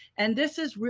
and this is real,